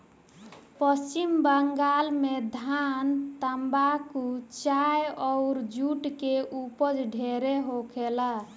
पश्चिम बंगाल में धान, तम्बाकू, चाय अउर जुट के ऊपज ढेरे होखेला